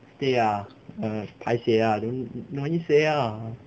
stay ah err paiseh ah don~ don't need say ah